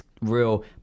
real